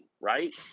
right